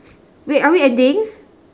wait are we ending